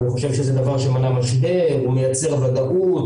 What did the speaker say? אנחנו חושבים שזה דבר שמנע משבר, הוא מייצר ודאות,